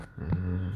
hmm